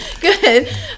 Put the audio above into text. Good